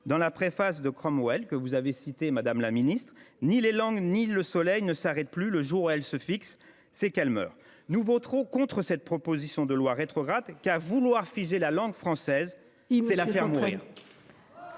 dans la préface de, que vous avez citée, madame la ministre :« Les langues ni le soleil ne s’arrêtent plus. Le jour où elles se fixent, c’est qu’elles meurent. » Nous voterons contre cette proposition de loi rétrograde, car vouloir figer la langue française, c’est la faire mourir.